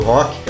Rock